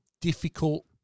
difficult